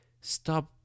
stop